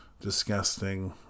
disgusting